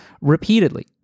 Repeatedly